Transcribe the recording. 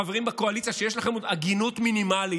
חברים בקואליציה שיש לכם עוד הגינות מינימלית: